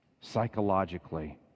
psychologically